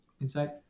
Insight